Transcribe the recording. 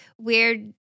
weird